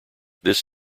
this